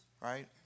Right